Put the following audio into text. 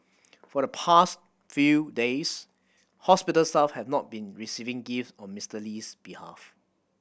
for the past few days hospital staff have not been receiving gift on Mister Lee's behalf